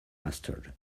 mastered